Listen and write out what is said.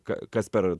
ką kas per